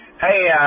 Hey